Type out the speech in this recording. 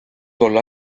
tol